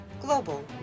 Global